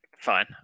Fine